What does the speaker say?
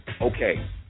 Okay